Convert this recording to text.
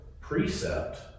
precept